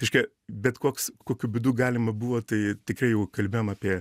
reiškia bet koks kokiu būdu galima buvo tai tikrai jau kalbėjom apie